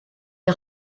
est